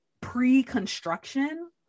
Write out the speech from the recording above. pre-construction